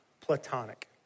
platonic